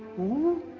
who